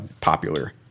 popular